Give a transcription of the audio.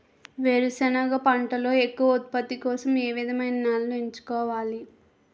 వేరుసెనగ పంటలో ఎక్కువ ఉత్పత్తి కోసం ఏ విధమైన నేలను ఎంచుకోవాలి?